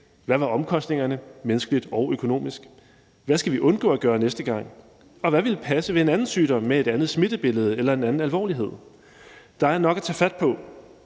Hvad var omkostningerne menneskeligt og økonomisk? Hvad skal vi undgå at gøre næste gang? Og hvad ville passe ved en anden sygdom med et andet smittebillede eller en anden alvorlighed? Der er nok at tage fat på.